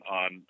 on